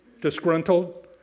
disgruntled